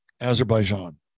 Azerbaijan